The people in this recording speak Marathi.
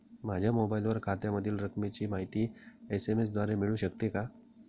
माझ्या मोबाईलवर खात्यातील रकमेची माहिती एस.एम.एस द्वारे मिळू शकते का?